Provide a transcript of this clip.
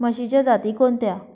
म्हशीच्या जाती कोणत्या?